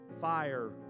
fire